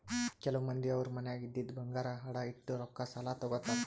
ಕೆಲವ್ ಮಂದಿ ಅವ್ರ್ ಮನ್ಯಾಗ್ ಇದ್ದಿದ್ ಬಂಗಾರ್ ಅಡ ಇಟ್ಟು ರೊಕ್ಕಾ ಸಾಲ ತಗೋತಾರ್